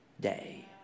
day